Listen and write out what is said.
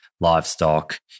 livestock